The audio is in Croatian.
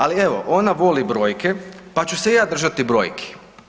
Ali evo ona voli brojke pa ću se i ja držati brojki.